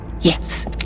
Yes